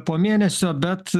po mėnesio bet